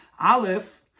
Aleph